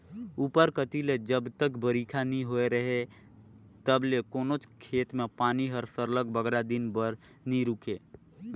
उपर कती ले जब तक बरिखा नी होए रहें तब ले कोनोच खेत में पानी हर सरलग बगरा दिन बर नी रूके रहे